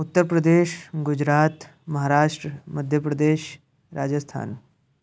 Uttar Pradesh Gujarat Maharashtra Madhya Pradesh Rajasthan